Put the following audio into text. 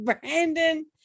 Brandon